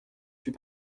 fut